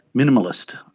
minimalist.